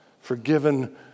forgiven